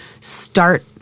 start